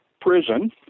prison